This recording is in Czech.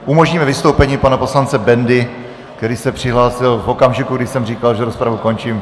Umožníme vystoupení pana poslance Bendy, který se přihlásil v okamžiku, kdy jsem říkal, že rozpravu končím.